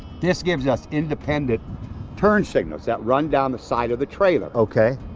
this gives us independent turn signals that run down the side of the trailer. okay.